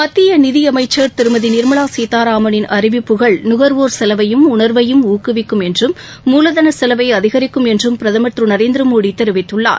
மத்திய நிதி அமைச்சள் திருமதி நிர்மலா சீதாராமனின் அறிவிப்புகள் நுகர்வோர் செலவையும் உணர்வையும் ஊக்குவிக்கும் என்றும் மூலதன செலவை அதிகரிக்கும் என்றும் பிரதமர் திரு நரேந்திரமோடி தெரிவித்துள்ளார்